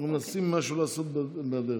אנחנו מנסים לעשות משהו בדרך.